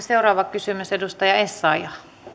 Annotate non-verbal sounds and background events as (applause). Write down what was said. (unintelligible) seuraava kysymys edustaja essayah